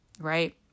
right